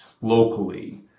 locally